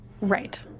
Right